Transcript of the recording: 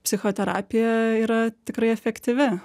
psichoterapija yra tikrai efektyvi